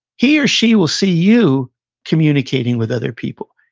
he or she will see you communicating with other people,